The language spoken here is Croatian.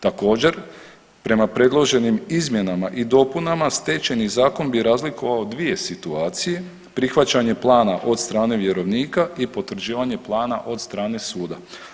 Također, prema predloženim izmjenama i dopunama Stečajni zakon bi razlikovao dvije situacije, prihvaćanje plana od strane vjerovnika i potvrđivanje plana od strane suda.